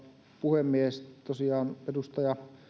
puhemies tosiaan edustaja